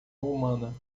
humana